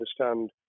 understand